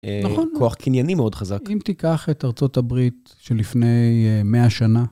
נכון, כוח קנייני מאוד חזק. אם תיקח את ארה״ב שלפני מאה שנה...